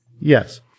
Yes